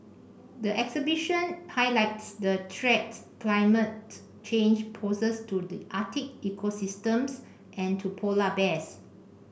the exhibition highlights the threat climate change poses to the Arctic ecosystems and to polar bears